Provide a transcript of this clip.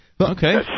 Okay